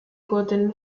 gordon